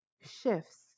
shifts